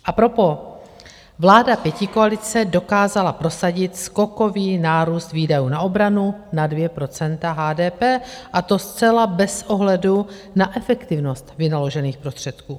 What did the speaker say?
À propos vláda pětikoalice dokázala prosadit skokový nárůst výdajů na obranu na 2 % HDP, a to zcela bez ohledu na efektivnost vynaložených prostředků.